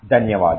ధన్యవాదాలు